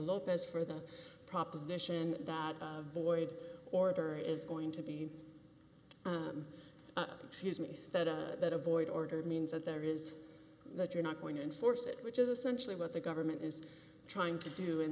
lopez for the proposition that void order is going to be excuse me that a void order means that there is that you're not going to enforce it which is essentially what the government is trying to do in